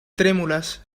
trémulas